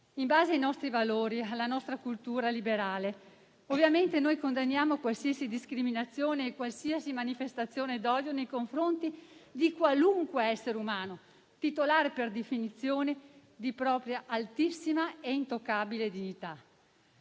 In base ai nostri valori e alla nostra cultura liberale, condanniamo ovviamente qualsiasi discriminazione e qualsiasi manifestazione d'odio nei confronti di qualunque essere umano, titolare per definizione della propria altissima e intoccabile dignità.